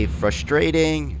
frustrating